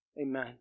Amen